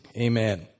Amen